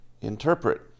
interpret